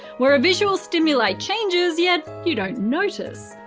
where a visual stimuli changes, yet you don't notice.